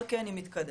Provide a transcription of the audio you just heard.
על כן היא מתקדמת.